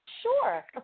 Sure